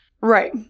right